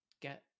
get